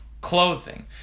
clothing